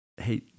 Hey